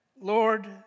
Lord